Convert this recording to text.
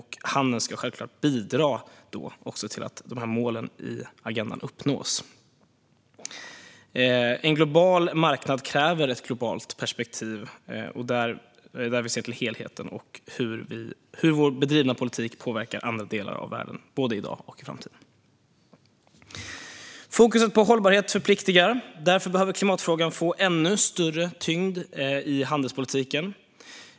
Handeln ska också självklart bidra till att målen i agendan uppnås. En global marknad kräver ett globalt perspektiv där vi ser till helheten och hur vår bedrivna politik påverkar andra delar av världen, både i dag och i framtiden. Fokus på hållbarhet förpliktar. Därför behöver klimatfrågan få en ännu större tyngd i handelspolitiken.